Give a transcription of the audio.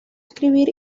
escribir